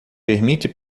permite